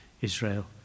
Israel